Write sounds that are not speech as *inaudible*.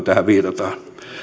*unintelligible* tähän viitataan